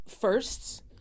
firsts